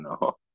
no